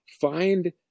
find